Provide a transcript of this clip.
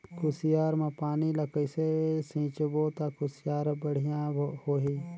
कुसियार मा पानी ला कइसे सिंचबो ता कुसियार हर बेडिया होही?